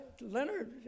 Leonard